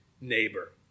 neighbor